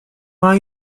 hay